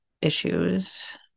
issues